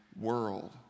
world